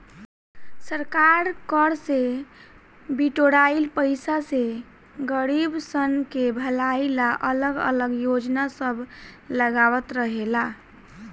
सरकार कर से बिटोराइल पईसा से गरीबसन के भलाई ला अलग अलग योजना सब लगावत रहेला